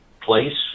place